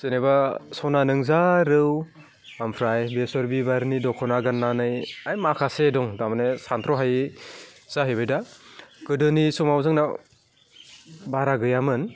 जेनेबा सना नों जारौ ओमफ्राय बेसर बिबारनि द'खना गाननानै हाइ माखासे दं थारमाने सानथ्र'हायै जाहैबाय दा गोदोनि समाव जोंना बारा गैयामोन